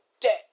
dead